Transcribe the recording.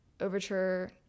Overture